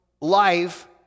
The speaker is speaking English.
life